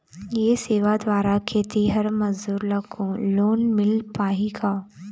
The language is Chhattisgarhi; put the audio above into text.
ये सेवा द्वारा खेतीहर मजदूर ला लोन मिल पाही का?